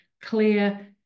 clear